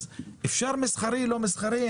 אפשר מסחרי או לא מסחרי,